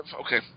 Okay